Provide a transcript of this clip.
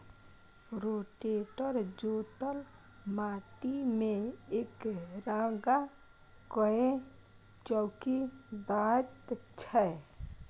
rotator जोतल माटि मे एकरंग कए चौकी दैत छै